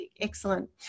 Excellent